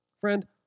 Friend